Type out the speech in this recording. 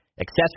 accessories